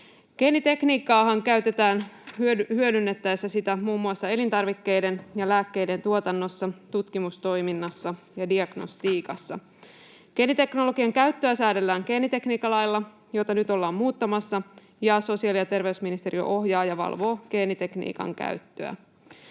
Geenitekniikkaahan käytetään hyödynnettäessä sitä muun muassa elintarvikkeiden ja lääkkeiden tuotannossa, tutkimustoiminnassa ja diagnostiikassa. Geeniteknologian käyttöä säädellään geenitekniikkalailla, jota nyt ollaan muuttamassa, ja sosiaali- ja terveysministeriö ohjaa ja valvoo geenitekniikan käyttöä.